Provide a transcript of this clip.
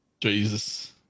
Jesus